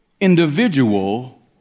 individual